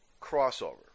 Crossover